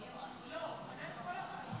לפי הסדר.